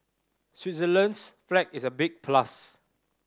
Switzerland's flag is a big plus